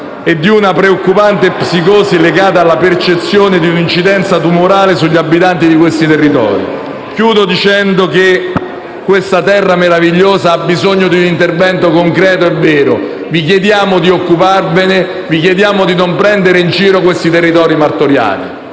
e a una preoccupante psicosi legata alla percezione di un'incidenza tumorale sugli abitanti di questi territori. Chiudo dicendo che questa terra meravigliosa ha bisogno di un intervento concreto e vero; vi chiediamo di occuparvene; vi chiediamo di non prendere in giro questi territori martoriati.